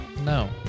No